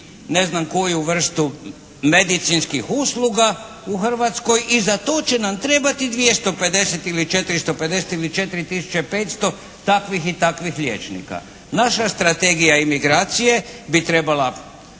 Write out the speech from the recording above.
ne znam koju vrstu medicinskih usluga u Hrvatskoj i za to će nam trebati 250 ili 450 ili 4 tisuće i 500 takvih i takvih liječnika. Naša strategija imigracije bi trebala